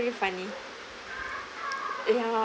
really funny ya